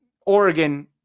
Oregon